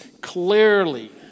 clearly